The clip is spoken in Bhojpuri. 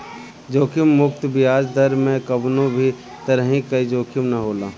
जोखिम मुक्त बियाज दर में कवनो भी तरही कअ जोखिम ना होला